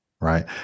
right